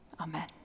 amen